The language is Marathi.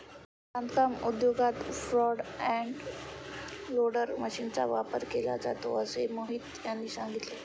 बांधकाम उद्योगात फ्रंट एंड लोडर मशीनचा वापर केला जातो असे मोहित यांनी सांगितले